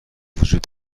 وجود